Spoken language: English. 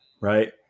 right